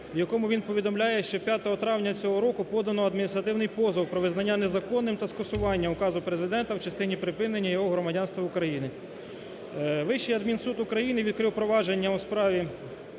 в якому він повідомляє, що 5 травня цього року подано адміністративний позов про визнання незаконним та скасування указу Президента в частини припинення його громадянства України. Вищий адмінсуд України відкрив провадження у справі